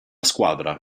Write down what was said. squadra